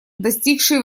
достигшие